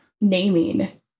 naming